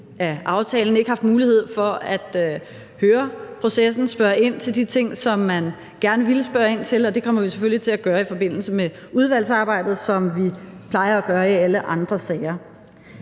af aftalen, ikke haft mulighed for at høre om processen og spørge ind til de ting, som vi gerne ville spørge ind til. Det kommer vi selvfølgelig til at gøre i forbindelse med udvalgsarbejdet, som vi plejer at gøre i alle andre sager.